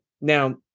Now